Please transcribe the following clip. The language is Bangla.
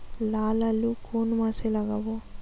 লাল আলু কোন মাসে লাগাব?